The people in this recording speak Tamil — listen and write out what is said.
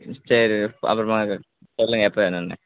சரி அப்புறமா இது சொல்லுங்கள் எப்போ வேணும்னு